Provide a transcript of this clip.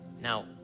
now